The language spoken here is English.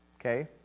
Okay